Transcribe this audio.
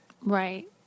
Right